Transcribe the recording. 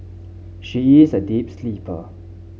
she is a deep sleeper